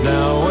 Now